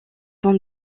son